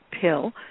pill